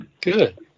Good